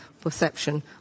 perception